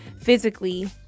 physically